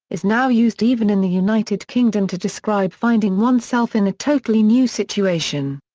is now used even in the united kingdom to describe finding oneself in a totally new situation.